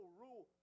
rule